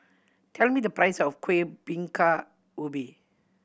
tell me the price of Kuih Bingka Ubi